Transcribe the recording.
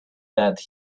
that